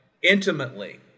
intimately